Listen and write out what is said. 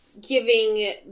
Giving